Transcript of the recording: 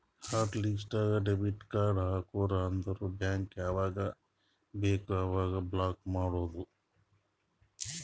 hot list ನಾಗ್ debit card ಹಾಕುರ್ ಅಂದುರ್ ಬ್ಯಾಂಕ್ ಯಾವಾಗ ಬೇಕ್ ಅವಾಗ ಬ್ಲಾಕ್ ಮಾಡ್ಬೋದು